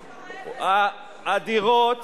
הדירות,